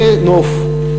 בנוף,